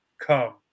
come